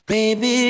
Baby